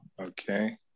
Okay